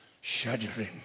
shuddering